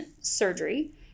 surgery